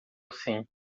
assim